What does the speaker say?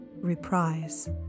Reprise